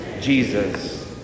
Jesus